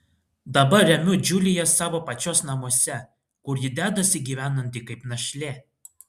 dabar remiu džiuliją savo pačios namuose kur ji dedasi gyvenanti kaip našlė